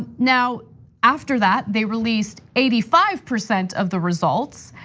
and now after that, they released eighty five percent of the results,